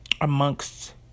amongst